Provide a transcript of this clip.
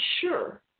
sure